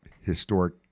historic